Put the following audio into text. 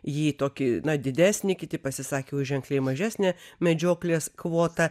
jį tokį na didesnį kiti pasisakė už ženkliai mažesnę medžioklės kvotą